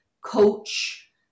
coach